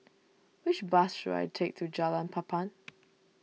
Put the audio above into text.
which bus should I take to Jalan Papan